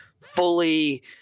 fully –